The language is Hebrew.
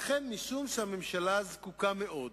לכן, משום שהממשלה זקוקה מאוד